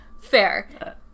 Fair